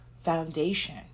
foundation